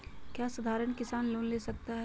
क्या साधरण किसान लोन ले सकता है?